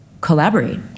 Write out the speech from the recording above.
collaborate